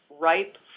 ripe